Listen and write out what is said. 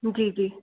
जी जी